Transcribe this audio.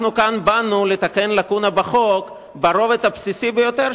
אנחנו באנו לתקן לקונה בחוק ברובד הבסיסי ביותר,